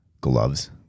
gloves